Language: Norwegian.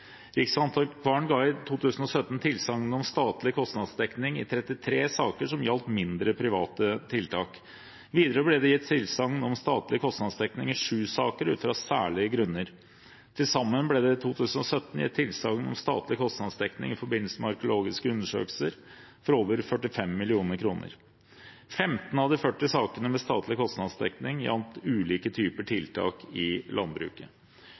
Riksantikvaren ga i 2017 tilsagn om statlig kostnadsdekning i 33 saker som gjaldt mindre, private tiltak. Videre ble det gitt tilsagn om statlig kostnadsdekning i sju saker ut fra særlige grunner. Til sammen ble det i 2017 gitt tilsagn om statlig kostnadsdekning i forbindelse med arkeologiske undersøkelser for over 45 mill. kr. 15 av de 40 sakene med statlig kostnadsdekning gjaldt ulike typer tiltak i landbruket.